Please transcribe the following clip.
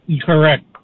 Correct